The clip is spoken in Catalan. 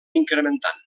incrementant